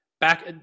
back